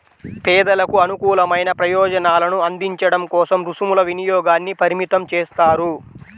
పేదలకు అనుకూలమైన ప్రయోజనాలను అందించడం కోసం రుసుముల వినియోగాన్ని పరిమితం చేస్తారు